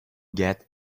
get